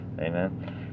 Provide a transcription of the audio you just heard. amen